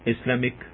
Islamic